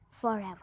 forever